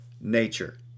nature